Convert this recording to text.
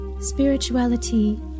Spirituality